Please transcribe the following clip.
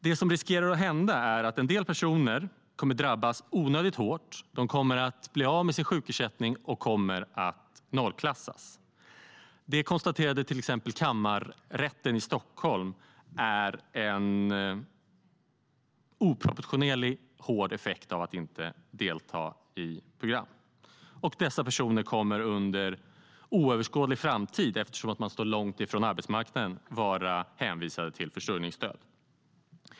Det som riskerar att hända är att en del personer kommer att drabbas onödigt hårt. De kommer att bli av med sin sjukersättning och nollklassas. Det, vilket bland annat Kammarrätten i Stockholm konstaterat, är en oproportionerligt hård effekt av att inte delta i program. Eftersom dessa personer står långt från arbetsmarknaden kommer de under överskådlig tid att vara hänvisade till försörjningsstöd.